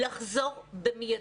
לחזור ללימודים מייד,